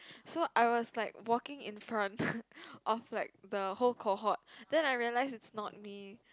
so I was like walking in front of like the whole cohort then I realised it's not me